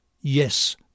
Yes